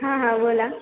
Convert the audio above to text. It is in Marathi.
हां हां बोला